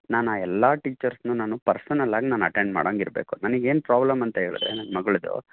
ನಾನು ಆ ಎಲ್ಲ ಟೀಚರ್ಸ್ನು ನಾನು ಪರ್ಸನಲ್ ಆಗಿ ನಾನು ಅಟೆಂಡ್ ಮಾಡೊಂಗೆ ಇರಬೇಕು ನನಗೆ ಏನು ಪ್ರಾಬ್ಲಮ್ ಅಂತ ಹೇಳಿದ್ರೆ ನನ್ನ ಮಗಳದು